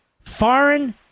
foreign